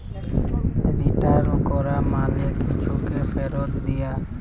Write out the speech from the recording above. return ক্যরা মালে কিছুকে ফিরত দিয়া